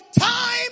time